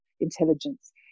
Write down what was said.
intelligence